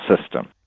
system